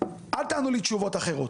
אל תענו לי תשובות אחרות.